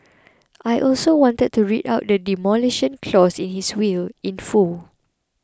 I also wanted to read out the Demolition Clause in his will in full